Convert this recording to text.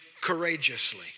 courageously